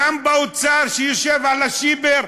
גם באוצר שיושב על השיבר,